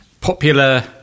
Popular